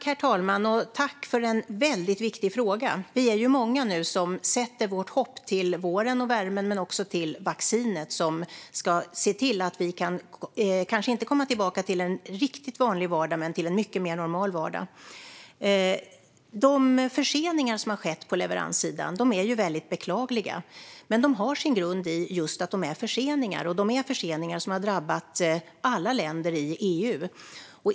Herr talman! Tack för en väldigt viktig fråga! Vi är många nu som sätter vårt hopp till våren och värmen men också till vaccinet, som ska se till vi kan komma tillbaka till kanske inte en riktigt vanlig vardag men en mycket mer normal vardag. De förseningar som har skett på leveranssidan är väldigt beklagliga, men de har sin grund i just att de är förseningar. De är förseningar som har drabbat alla länder i EU.